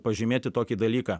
pažymėti tokį dalyką